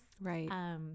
Right